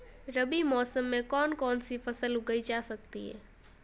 रबी मौसम में कौन कौनसी फसल उगाई जा सकती है?